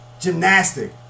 gymnastic